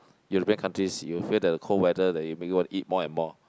European countries you will feel that the cold weather that you make you want to eat more and more